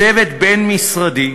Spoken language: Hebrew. צוות בין-משרדי,